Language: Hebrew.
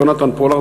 יונתן פולארד,